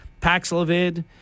Paxlovid